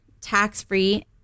tax-free